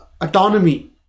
autonomy